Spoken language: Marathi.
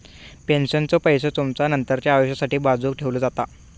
पेन्शनचो पैसो तुमचा नंतरच्या आयुष्यासाठी बाजूक ठेवलो जाता